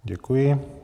Děkuji.